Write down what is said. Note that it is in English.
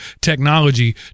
technology